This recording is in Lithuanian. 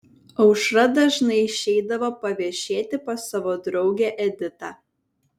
aušra dažnai išeidavo paviešėti pas savo draugę editą